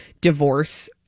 divorce